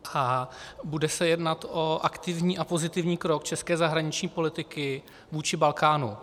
A bude se jednat o aktivní a pozitivní krok české zahraniční politiky vůči Balkánu.